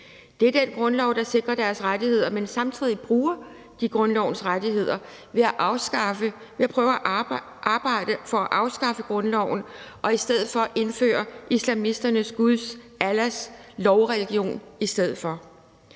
Det er den grundlov, der sikrer deres rettigheder, men samtidig bruger de grundlovens rettigheder ved at prøve at arbejde for at afskaffe grundloven og i stedet for indføre islamisternes guds, Allahs, lovreligion i stedet for.